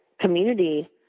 community